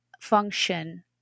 function